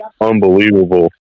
unbelievable